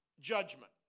judgment